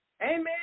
amen